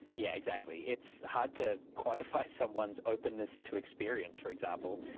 yeah, exactly. it's hard to quantify someone's openness to experience, for example.